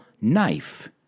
knife